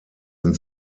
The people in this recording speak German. and